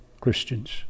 Christians